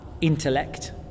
intellect